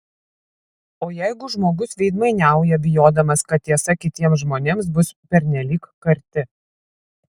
o jeigu žmogus veidmainiauja bijodamas kad tiesa kitiems žmonėms bus pernelyg karti